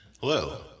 Hello